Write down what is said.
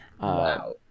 Wow